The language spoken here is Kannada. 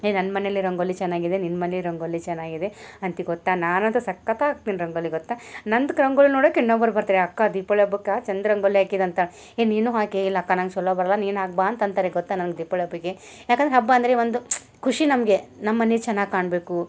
ಏ ನನ್ನ ಮನೆಯಲ್ಲಿ ರಂಗೋಲಿ ಚೆನ್ನಾಗಿದೆ ನಿನ್ನ ಮನೆ ರಂಗೋಲಿ ಚೆನ್ನಾಗಿದೆ ಅಂತೀವಿ ಗೊತ್ತಾ ನಾನಂತೂ ಸಖತ್ತಾಗಿ ಹಾಕ್ತೀನಿ ರಂಗೋಲಿ ಗೊತ್ತಾ ನಂದ್ಕ್ ರಂಗೋಲಿ ನೋಡಕ್ಕೆ ಇನ್ನೊಬ್ರು ಬರ್ತಾರೆ ಅಕ್ಕ ದೀಪೊಳಿ ಹಬ್ಬಕ್ಕ ಚಂದ ರಂಗೋಲಿ ಹಾಕಿದ್ ಅಂತಾಳೆ ಏ ನೀನು ಹಾಕೇ ಇಲ್ಲಕ್ಕ ನಂಗೆ ಚಲೋ ಬರಲ್ಲ ನೀನು ಹಾಕ್ ಬಾ ಅಂತ ಅಂತಾರೆ ಗೊತ್ತಾ ನಂಗೆ ದೀಪೊಳಿ ಹಬ್ಬಕ್ಕೆ ಯಾಕಂದ್ರೆ ಹಬ್ಬ ಅಂದರೆ ಒಂದು ಖುಷಿ ನಮಗೆ ನಮ್ಮ ಮನೆ ಚೆನ್ನಾಗಿ ಕಾಣಬೇಕು